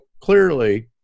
clearly